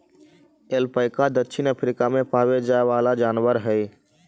alpaca दक्षिण Africa में पावे जाए वाला जनावर हई